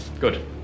Good